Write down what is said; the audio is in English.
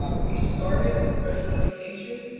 um we started in special education.